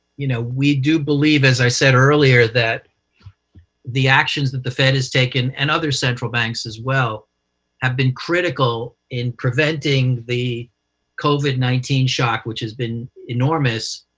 you know we do believe, as i said earlier, that the actions that the fed has taken and other central banks as well have been critical in preventing the covid nineteen shock, which has been enormous,